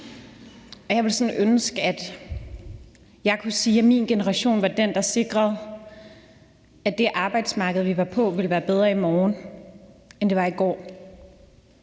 ville være den generation, der sikrede, at det arbejdsmarked, vi var på, ville være bedre i morgen, end det var i går,